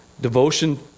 Devotion